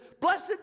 blessed